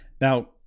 Now